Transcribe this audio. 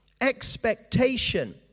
expectation